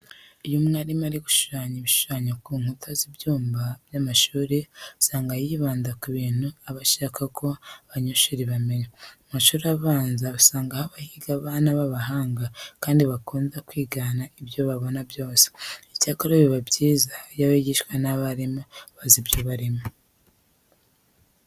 Iyo umwarimu ari gushushanya ibishushanyo ku nkuta z'ibyumba by'amashuri, usanga yibanda ku bintu aba ashaka ko abanyeshuri bamenya. Mu mashuri abanza usanga haba higa abana b'abahanga kandi bakunda kwigana ibyo babona byose. Icyakora biba byiza iyo bigishwa n'abarimu bazi ibyo barimo.